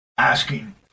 Asking